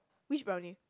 which brownie